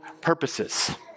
purposes